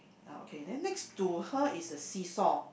uh okay then next to her is a seesaw